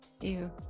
Ew